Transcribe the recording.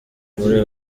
muri